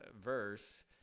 verse